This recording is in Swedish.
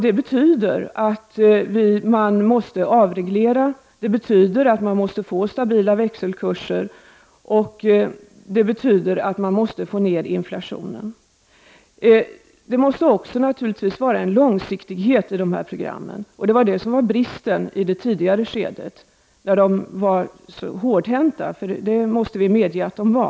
Det betyder att man måste avreglera, få stabila växelkurser och att man måste få ned inflationen. Det måste naturligtvis också vara en långsiktighet i dessa program, vilket var bristen i det tidigare skedet då Världsbanken agerade hårdhänt, för det måste vi medge att den gjorde.